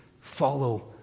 follow